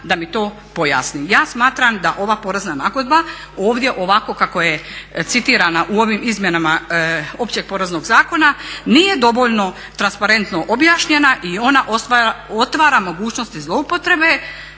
da mi to pojasni. Ja smatram da ova porezna nagodba ovdje ovako kako je citirana u ovim izmjenama Općeg poreznog zakona nije dovoljno transparentno objašnjena i ona otvara mogućnosti zloupotrebe